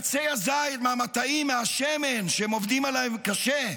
מעצי הזית, מהמטעים, מהשמן, שהם עובדים עליו קשה,